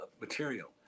material